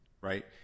right